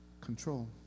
control